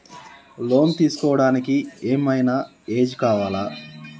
Loan తీస్కోవడానికి ఏం ఐనా ఏజ్ కావాలా?